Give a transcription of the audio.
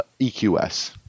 eqs